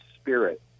Spirit